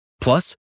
Plus